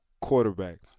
quarterback